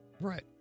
Right